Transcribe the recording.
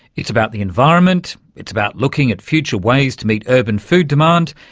it's about the environment, it's about looking at future ways to meet urban food demand,